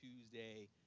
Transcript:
Tuesday